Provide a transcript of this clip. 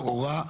לכאורה,